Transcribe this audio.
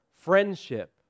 Friendship